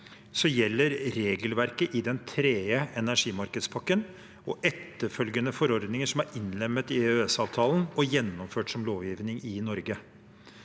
gjelder regelverket i den tredje energimarkedspakken og etterfølgende forordninger som er innlemmet i EØS-avtalen, og som er gjennomført som lovgivning i Norge.